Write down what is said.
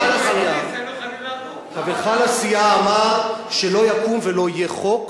זו לא מלחמת